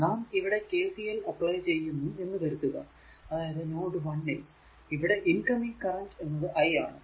നാം ഇവിടെ KCL apply ചെയ്യുന്നു എന്ന് കരുതുക അതായതു നോഡ് 1 ൽ ഇവിടെ ഇൻകമിങ് കറന്റ് എന്നത് i ആണ്